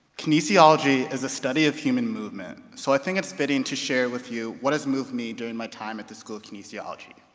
kinesiology is a study of human movement. so i think it's fitting to share with you what has moved me during my time at the school of kinesiology.